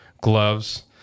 gloves